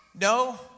no